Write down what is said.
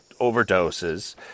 overdoses